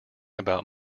about